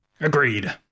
Agreed